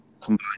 Combined